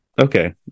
okay